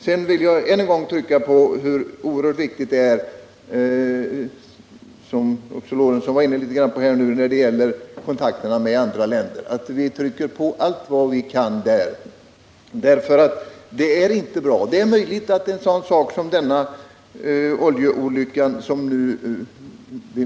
Sedan vill jag, i anslutning till det som Gustav Lorentzon framhöll när det gäller våra kontakter med andra länder i det här avseendet, än en gång betona hur oerhört viktigt det är att vi trycker på allt vad vi kan när det gäller dessa frågor. Som det nu är fungerar det inte bra.